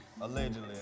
allegedly